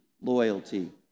Loyalty